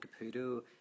Caputo